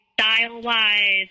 style-wise